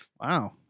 Wow